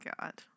God